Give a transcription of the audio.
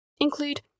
include